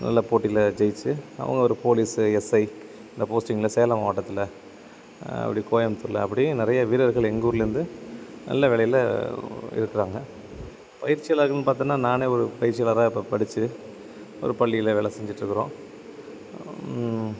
நல்லா போட்டியில் ஜெயித்து அவங்க ஒரு போலீஸு எஸ்ஐ இந்த போஸ்டிங்கில் சேலம் மாவட்டத்தில் அப்படி கோயம்புத்தூரில் அப்படி நிறைய வீரர்கள் எங்கள் ஊர்லேருந்து நல்ல வேலையில் இருக்கிறாங்க பயிற்சியாளர்கள்னு பாத்தோன்னா நானே ஒரு பயிற்சியாளராக இப்போ படித்து ஒரு பள்ளியில் வேலை செஞ்சிட்ருக்கிறோம்